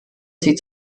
sie